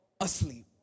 asleep